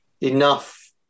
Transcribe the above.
enough